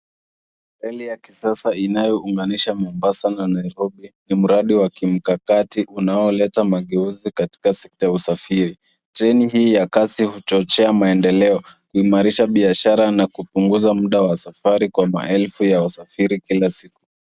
Reli ya kisasa inayounganisha Mombasa na Nairobi, ni mradi wa kimkakati unaoleta mageuzi katika usafiri. Treni hii ya kasi huchochea maendeleo, uimarisha biashara na kupunguza muda wa safari kwa maelfu ya wasafiri kila siku.